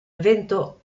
evento